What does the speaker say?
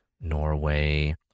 norway